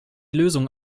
lösung